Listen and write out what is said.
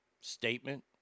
statement